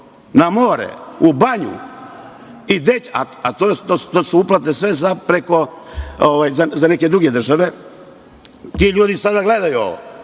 na more, u banju, a to su uplate za neke druge države. Ti ljudi sada gledaju ovo.